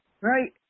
right